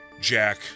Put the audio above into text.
Jack